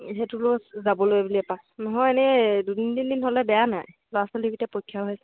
সেইটো লৈ যাবলৈ বুলি এপাক নহয় এনেই দুদিন তিনিদিন হ'লে বেয়া নাই ল'ৰা ছোৱালীকেইটা পৰীক্ষা হৈ আছে